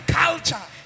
culture